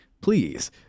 Please